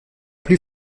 plus